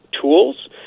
tools